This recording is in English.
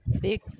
big